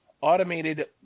automated